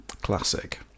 Classic